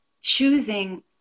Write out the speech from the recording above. choosing